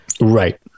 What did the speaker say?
right